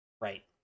Right